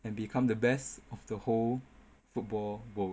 and become the best of the whole football world